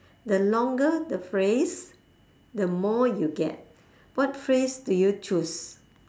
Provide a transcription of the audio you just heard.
the longer the phrase the more you get what phrase do you choose